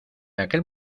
aquel